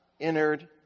entered